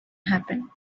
happen